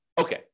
Okay